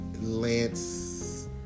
Lance